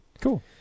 cool